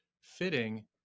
fitting